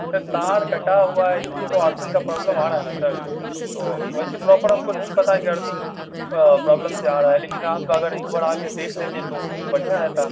سر تار کٹا ہوا ہے اس لیے تو ارتھنگ کا پرابلم آ رہا نا سر تو ویسے پروپر ہم کو نہیں پتہ کہ ارتھنگ کس پرابلم سے آ رہا ہے لیکن آپ اگر ایک بار آ کے دیکھ لیتے تو بڑھیاں رہتا